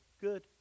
good